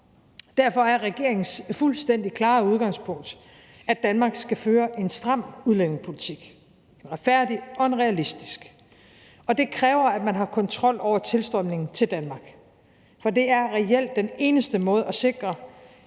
Derfor er regeringens fuldstændig klare udgangspunkt, at Danmark skal føre en stram udlændingepolitik, der er retfærdig og realistisk. Og det kræver, at man har kontrol over tilstrømningen til Danmark, for det er reelt den eneste måde at sikre,